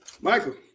Michael